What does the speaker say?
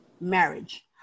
marriage